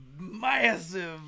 Massive